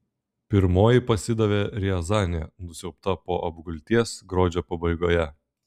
pirmoji pasidavė riazanė nusiaubta po apgulties gruodžio pabaigoje